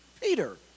Peter